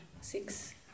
six